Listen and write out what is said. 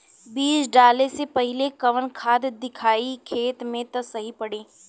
बीज डाले से पहिले कवन खाद्य दियायी खेत में त सही पड़ी?